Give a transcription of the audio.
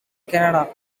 canada